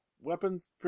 weapons